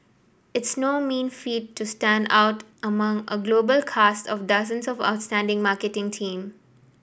it's no mean feat to stand out among a global cast of dozens of outstanding marketing team